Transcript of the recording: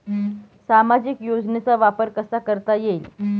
सामाजिक योजनेचा वापर कसा करता येईल?